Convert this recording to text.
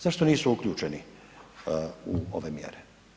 Zašto nisu uključeni u ove mjere?